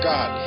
God